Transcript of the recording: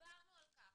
דיברנו על כך.